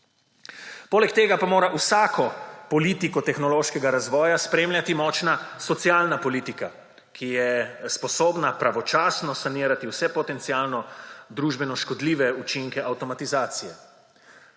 Poleg tega pa mora vsako politiko tehnološkega razvoja spremljati močna socialna politika, ki je sposobna pravočasno sanirati vse potencialne družbeno škodljive učinke avtomatizacije.